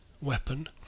weapon